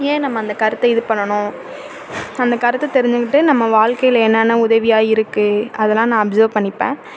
ஏன் நம்ம அந்த கருத்தை இது பண்ணனும் அந்த கருத்து தெரிஞ்சிக்கிட்டு நம்ம வாழ்க்கையில என்னென்ன உதவியாக இருக்கு அதெல்லாம் நான் அப்சர்வ் பண்ணிப்பேன்